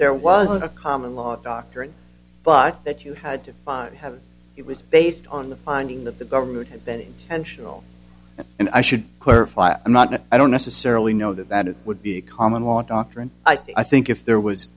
there wasn't a common law doctrine but that you had to find have it was based on the finding that the government had been intentional and i should clarify i'm not i don't necessarily know that it would be a common law doctrine i think if there was